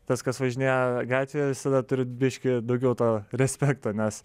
tas kas važinėja gatvėje visada turi biškį daugiau to respekto nes